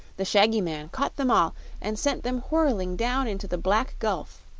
the shaggy man caught them all and sent them whirling down into the black gulf.